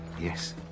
Yes